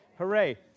Hooray